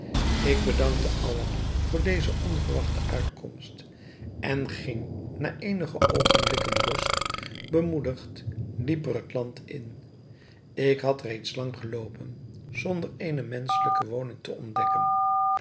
ik bedankte allah voor deze onverwachte uitkomst en ging na eenige oogenblikken rust bemoedigd dieper het land in ik had reeds lang geloopen zonder eene menschelijke woning te ontdekken